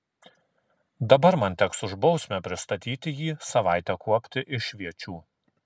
dabar man teks už bausmę pristatyti jį savaitę kuopti išviečių